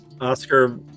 Oscar